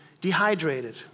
dehydrated